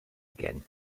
again